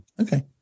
okay